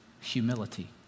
humility